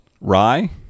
rye